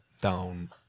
down